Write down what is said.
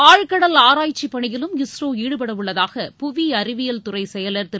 ஆழ்கடல் ஆராய்ச்சிப் பணியிலும் இஸ்ரோ ஈடுபடவுள்ளதாக புவி அறிவியல் துறை செயலர் திரு